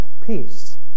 peace